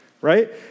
right